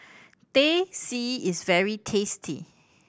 Teh C is very tasty